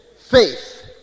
Faith